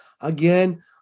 Again